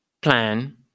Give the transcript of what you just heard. plan